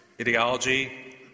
ideology